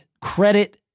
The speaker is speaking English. credit